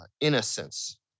innocence